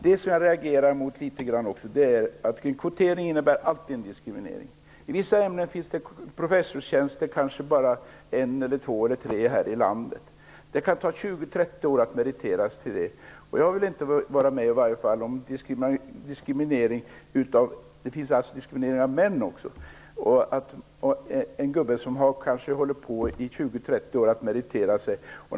Det som gör att jag reagerar är att kvotering alltid innebär en diskriminering. I vissa ämnen finns det kanske bara en eller två professorstjänster i landet. Det kan ta 20-30 år att meriteras till en sådan tjänst. Jag vill inte vara med om diskriminering av män - det finns en sådan också. Jag föreställer mig en gubbe som kanske har hållit på att meritera sig i 20-30 år.